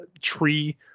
tree